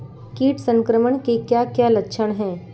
कीट संक्रमण के क्या क्या लक्षण हैं?